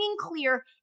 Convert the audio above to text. clear